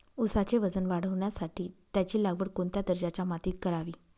ऊसाचे वजन वाढवण्यासाठी त्याची लागवड कोणत्या दर्जाच्या मातीत करावी?